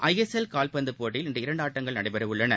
ISL கால்பந்துப் போட்டியில் இன்று இரண்டுஆட்டங்கள் நடைபெறவுள்ளன